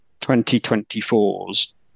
2024's